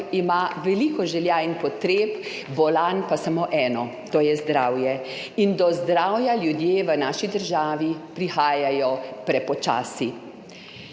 ima veliko želja in potreb, bolan pa samo eno, to je zdravje, in do zdravja ljudje v naši državi prihajajo prepočasi.